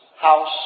house